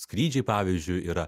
skrydžiai pavyzdžiui yra